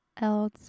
else